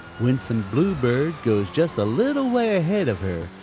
winsome bluebird goes just a little way ahead of her,